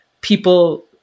people